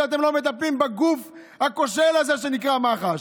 שאתם לא מטפלים בגוף הכושל הזה שנקרא מח"ש.